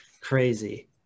crazy